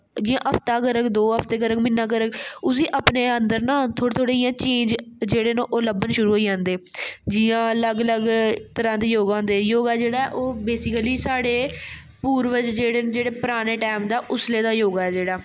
जि'यां हफ्ता करग दो हफ्ते करग म्हीना करग उस्सी अपने अंदर ना थोह्ड़ी थोह्ड़ी इ'यां चैंज जेह्ड़े ना ओह् लिभन शुरु होई जाने जि'यां अलग अलग तरह दे योगा होंदे योगा जेहड़ा ऐ ओह् बेसीकली साढ़े पूर्बज जेह्ड़े न जेह्ड़े पराने टैंम दा उसलै दा योगा ऐ जेह्ड़ा